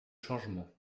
changement